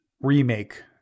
remake